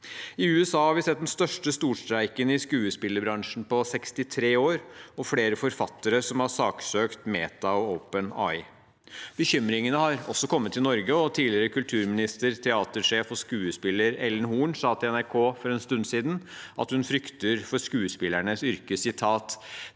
I USA har vi sett den største storstreiken i skuespillerbransjen på 63 år og flere forfattere som har saksøkt Meta og OpenAI. Bekymringene har også kommet til Norge, og tidligere kulturminister, teatersjef og skuespiller Ellen Horn sa til NRK for en stund siden at hun frykter for skuespillernes yrke: «Det